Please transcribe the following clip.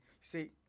see